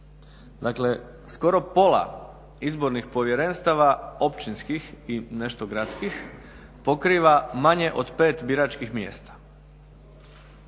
Dakle, skoro pola izbornih povjerenstava općinskih i nešto gradskih pokriva manje od 5 biračkih mjesta.